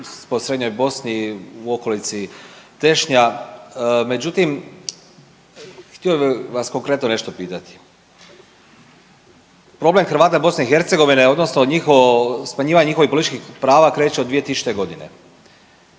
po Srednjoj Bosni u okolici Tešnja. Međutim, htio bih vas konkretno nešto pitati. Problem Hrvata BiH odnosno njihovo smanjivanje njihovih političkih prava kreće od 2000.g.,